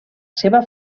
seva